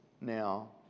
now